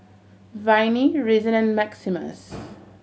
Viney Reason and Maximus